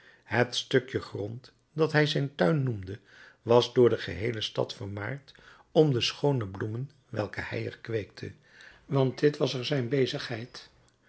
het stukje grond dat hij zijn tuin noemde was door de geheele stad vermaard om de schoone bloemen welke hij er kweekte want dit was er zijn bezigheid